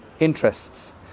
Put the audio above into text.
interests